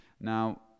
Now